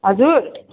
हजुर